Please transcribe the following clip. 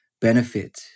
Benefit